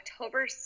October